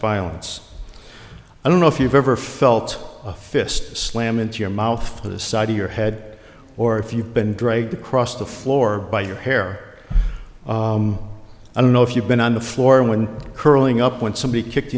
violence i don't know if you've ever felt a fist slam into your mouth or the side of your head or if you've been dragged across the floor by your hair i don't know if you've been on the floor when curling up when somebody kicked